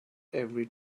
every